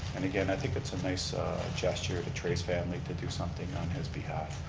and again, i think it's a nice gesture to trai's family to do something behalf,